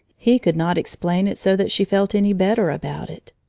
he could not explain it so that she felt any better about it.